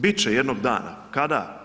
Bit će jednog dana, kada?